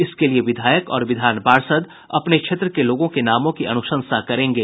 इसके लिए विधायक और विधान पार्षद अपने क्षेत्र के लोगों के नामों की अनुशंसा करेंगे